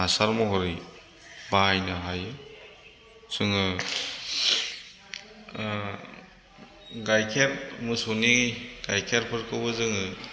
हासार महरै बाहायनो हायो जोङो ओ गायखेर मोसौनि गायखेरफोरखौबो जोङो